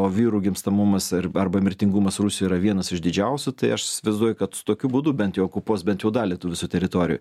o vyrų gimstamumas ar arba mirtingumas rusijoj yra vienas iš didžiausių tai aš įsivaizduoju kad tokiu būdu bent jau okupuos bent jau dalį tų visų teritorijų